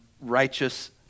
righteous